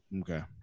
okay